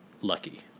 lucky